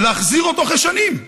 להחזיר אותו אחרי שנים.